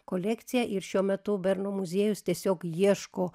kolekciją ir šiuo metu bernų muziejus tiesiog ieško